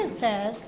says